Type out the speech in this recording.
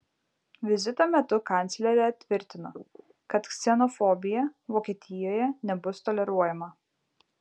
vizito metu kanclerė tvirtino kad ksenofobija vokietijoje nebus toleruojama